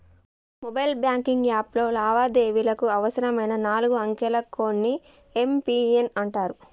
mobile banking యాప్లో లావాదేవీలకు అవసరమైన నాలుగు అంకెల కోడ్ ని యం.పి.ఎన్ అంటరు